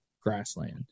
grassland